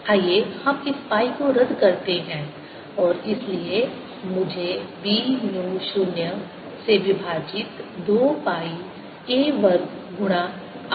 आइए हम इस पाई को रद्द करते हैं और इसलिए मुझे b म्यू 0 से विभाजित 2 पाई a वर्ग गुना r